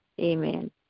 Amen